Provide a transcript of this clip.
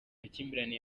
amakimbirane